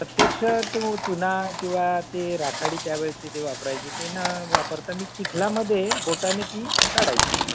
प्रत्यक्ष तो चुना किंवा ते राखाडी त्यावेळचे ते वापरायचे ते न वापरता मी चिखलामध्ये बोटाने ती काढायचो